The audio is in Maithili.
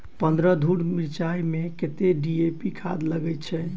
पन्द्रह धूर मिर्चाई मे कत्ते डी.ए.पी खाद लगय छै?